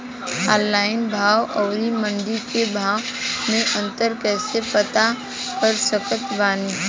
Online भाव आउर मंडी के भाव मे अंतर कैसे पता कर सकत बानी?